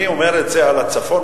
אני אומר את זה על הצפון,